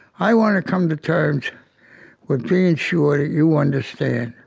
i want to come to terms with being sure that you understand